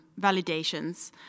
validations